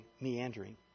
meandering